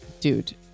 dude